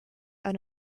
and